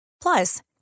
Plus